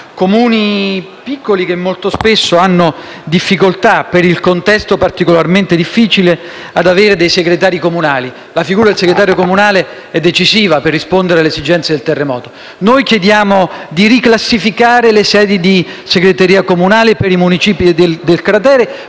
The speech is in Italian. Comuni piccoli che molto spesso hanno difficoltà, per il contesto particolarmente difficile, ad avere dei segretari comunali. La figura del segretario comunale è decisiva per rispondere alle esigenze del terremoto. Noi chiediamo di riclassificare le sedi di segreteria comunale per i municipi del cratere